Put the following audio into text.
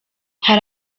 hari